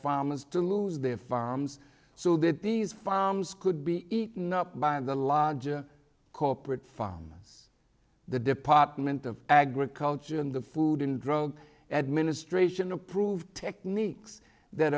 farmers to lose their farms so that these farms could be eaten up by the larger corporate farms the department of agriculture in the food and drug administration approved techniques that